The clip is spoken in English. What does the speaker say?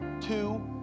Two